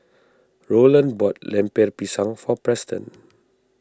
Rowland bought Lemper Pisang for Preston